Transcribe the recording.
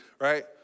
right